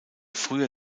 früher